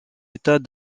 état